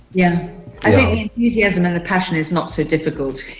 yeah yeah he hasn't. and a passion is not so difficult.